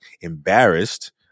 embarrassed